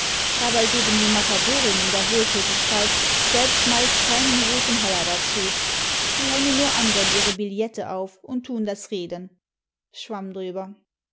dabei geben die matadorinnen der wohltätigkeit selbst meist keinen roten heller dazu sie hängen nur anderen ihre billette auf und tun das reden